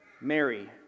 Mary